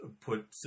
put